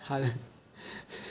!huh! then